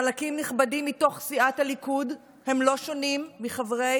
חלקים נכבדים מתוך סיעת הליכוד הם לא שונים מחברי